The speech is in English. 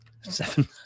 Seven